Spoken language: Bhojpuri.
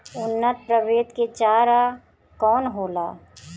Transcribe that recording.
उन्नत प्रभेद के चारा कौन होला?